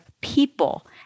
people